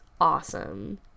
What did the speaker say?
awesome